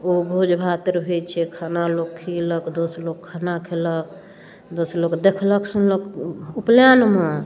ओ भोजभात रहै छै खाना लोक खियेलक दस लोक खाना खेलक दस लोक देखलक सुनलक उपनयनमे